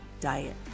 Diet